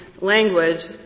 language